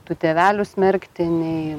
tų tėvelių smerkti nei